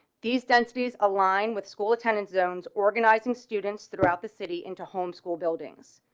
these densities align with school attendance zones organizing students throughout the city in to home school buildings,